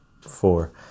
four